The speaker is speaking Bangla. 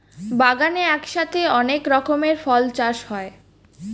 বাগানে একসাথে অনেক রকমের ফল চাষ হয়